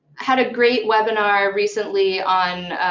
had a great webinar recently on